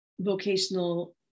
vocational